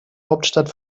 hauptstadt